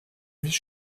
vice